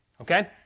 Okay